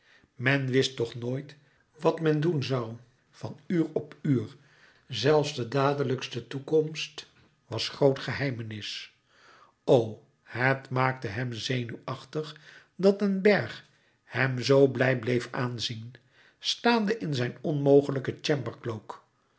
men wist toch nooit wat men doen zoû van uur op uur zelfs de dadelijkste toekomst was groot geheimenis o het maakte hem zenuwachtig dat den bergh hem zoo blij bleef aanzien staande in zijn onmogelijken chamber cloak